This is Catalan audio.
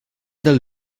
del